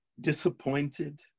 Disappointed